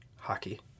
hockey